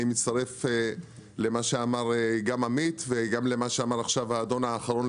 אני מצטרף למה שאמר עמית ולמה שאמר האדון אחרון,